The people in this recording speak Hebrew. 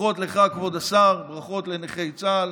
ברכות לך, כבוד השר, וברכות לנכי צה"ל